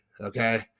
okay